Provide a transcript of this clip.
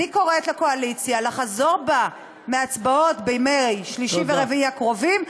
אני קוראת לקואליציה לחזור בה מההצבעות בימי שלישי ורביעי הקרובים,